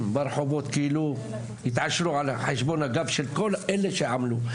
ברחובות כאילו התעשלו על חשבון הגב של כל אלה שעמלו.